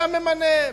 אתה ממנה.